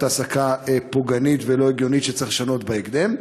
העסקה פוגענית ולא הגיונית שצריך לשנות בהקדם?